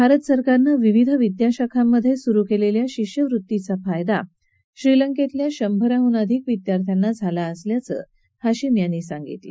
भारत सरकारनं विविध विद्याशाखांमध्ये सुरु केलेल्या शिष्यवृत्तीचा फायदा श्रीलंकेतल्या शंभराहून अधिक विद्यार्थ्यांना झाला असल्याचं हशीम यांनी सांगितलं